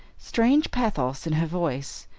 strange pathos in her voice,